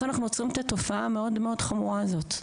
אנחנו עוצרים את התופעה המאוד-מאוד חמורה הזאת.